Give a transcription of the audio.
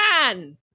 man